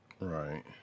Right